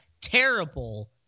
terrible